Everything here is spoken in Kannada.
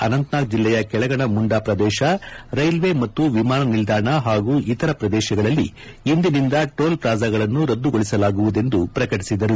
ಅನಂತನಾಗ್ ಜಿಲ್ಲೆಯ ಕೆಳಗಣ ಮುಂಡಾ ಪ್ರದೇಶ ರೈಲ್ವೆ ಮತ್ತು ವಿಮಾನ ನಿಲ್ದಾಣ ಹಾಗೂ ಇತರ ಪ್ರದೇಶಗಳಲ್ಲಿ ಇಂದಿನಿಂದ ಟೋಲ್ ಪ್ಲಾಜಾಗಳನ್ನು ರದ್ದುಗೊಳಿಸಲಾಗುವುದೆಂದು ಪ್ರಕಟಿಸಿದರು